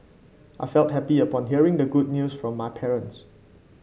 I felt happy upon hearing the good news from my parents